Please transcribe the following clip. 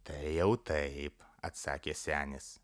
tai jau taip atsakė senis